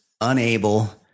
unable